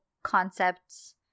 concepts